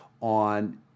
on